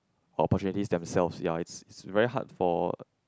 opportunities themselves ya it's it's very hard for